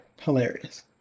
hilarious